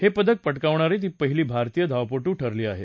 हे पदक पटकावणारी ती पहिली भारतीय धावपटू ठरली आहे